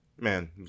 man